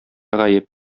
гаеп